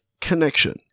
connection